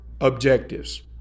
objectives